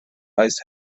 revised